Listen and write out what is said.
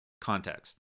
context